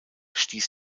stieß